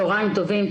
צוהריים טובים,